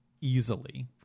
easily